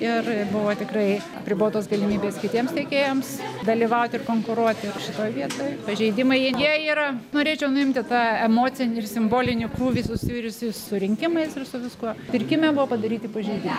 ir buvo tikrai apribotos galimybės kitiems tiekėjams dalyvauti ir konkuruoti šitoj vietoj pažeidimai jie yra norėčiau nuimti tą emocinį ir simbolinį krūvį susijusį su rinkimais ir su viskuo pirkime buvo padaryti pažeidimai